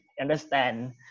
understand